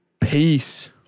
Peace